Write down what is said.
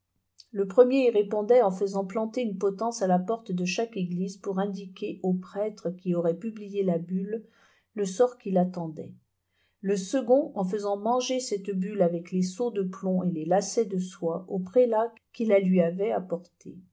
le premier y répondait en faisant planter une potence à la porte de chaque église pour indiquer au prêtre qui aurait publié la bulle le sort qui l'attendait le second en faisant manger cette bulle avec les sceaux de plomb et les lacets de soie aux prélats qui la lui avaient apportée